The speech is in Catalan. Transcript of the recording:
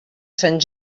sant